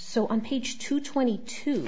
so on page two twenty two